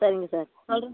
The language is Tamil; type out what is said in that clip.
சரிங்க சார் சொல்கிறேன்